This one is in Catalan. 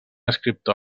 escriptor